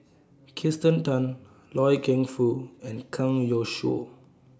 Kirsten Tan Loy Keng Foo and Kang Youshuo